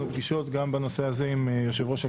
פגישות גם בנושא הזה עם יושב-ראש הכנסת,